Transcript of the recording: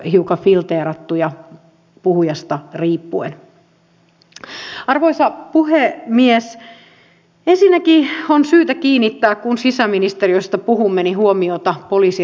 seuraava lausunto olisi kuitenkin kannattanut palauttaa mieleen siinä vaiheessa kun oikein porukalla päätitte käydä ministeri stubbin kimppuun